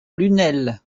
lunel